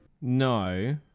No